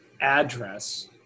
address